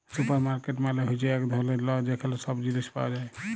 supermarket মালে হ্যচ্যে এক ধরলের ল যেখালে সব জিলিস পাওয়া যায়